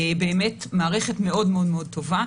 באמת מערכת מאוד מאוד טובה.